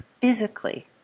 physically